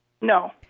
No